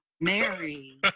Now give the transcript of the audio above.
Mary